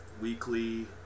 weekly